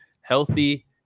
Healthy